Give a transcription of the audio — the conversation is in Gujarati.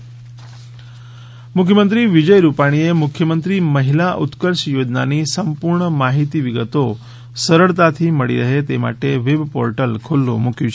મુખ્યમંત્રી વેબ પોર્ટલ મુખ્યમંત્રી વિજય રૂપાણીએ મુખ્યમંત્રી મહિલા ઉત્કર્ષ યોજનાની સંપૂર્ણ માહિતી વિગતો સરળતાથી મળી રહે તે માટે વેબ પોર્ટલ ખુલ્લું મુકયું